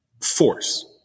force